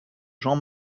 jean